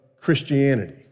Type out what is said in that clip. Christianity